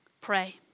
Pray